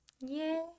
Yay